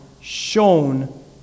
shown